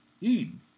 Eden